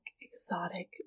exotic